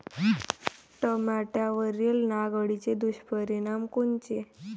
टमाट्यावरील नाग अळीचे दुष्परिणाम कोनचे?